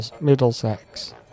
Middlesex